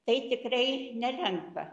tai tikrai nelengva